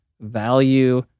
value